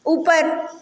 ऊपर